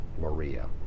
Maria